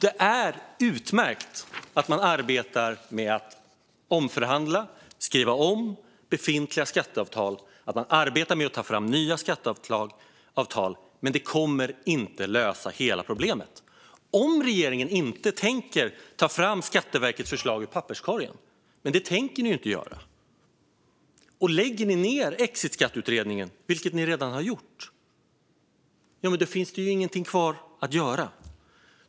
Det är utmärkt att man arbetar med att omförhandla och skriva om befintliga skatteavtal och att man arbetar med att ta fram nya skatteavtal, men det kommer inte att lösa hela problemet - om inte ni i regeringen tänker ta upp Skatteverkets förslag ur papperskorgen, men det tänker ni ju inte göra. Och lägger ni ned exitskatteutredningen, vilket ni redan har gjort, finns det ju ingenting kvar att göra.